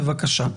בבקשה.